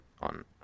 on